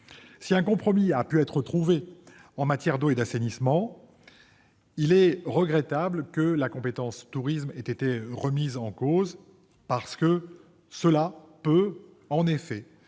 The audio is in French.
Si un compromis a pu être trouvé en matière d'eau et d'assainissement, il est regrettable que la compétence « tourisme » ait été remise en cause. Cela risque de